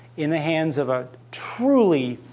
in the hands of a truly